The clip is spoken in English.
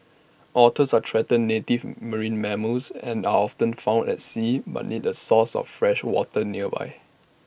otters are threatened native marine mammals and are often found at sea but need A source of fresh water nearby